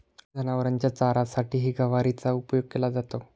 जनावरांच्या चाऱ्यासाठीही गवारीचा उपयोग केला जातो